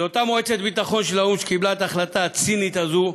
זו אותה מועצת ביטחון של האו"ם שקיבלה את ההחלטה הצינית הזאת,